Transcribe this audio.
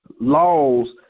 laws